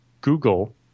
Google